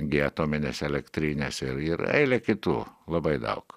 gi atominės elektrinės ir ir eilė kitų labai daug